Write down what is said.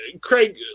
Craig